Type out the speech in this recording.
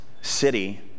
city